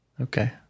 Okay